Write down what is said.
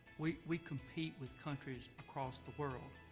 we we compete with countries across the world.